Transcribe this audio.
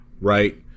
Right